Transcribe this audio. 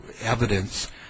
evidence